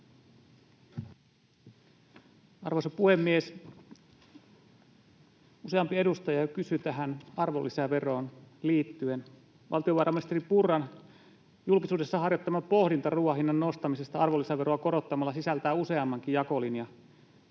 Arvoisa puhemies! Useampi edustaja kysyi tähän arvonlisäveroon liittyen. Valtiovarainministeri Purran julkisuudessa harjoittama pohdinta ruuan hinnan nostamisesta arvonlisäveroa korottamalla sisältää useammankin jakolinjan.